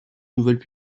nouvelles